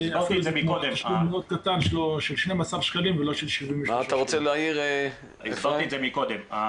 --- תשלום מאוד קטן של 12 שקלים ולא של --- הסברתי את זה מקודם,